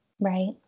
Right